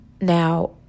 Now